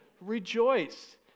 rejoice